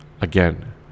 again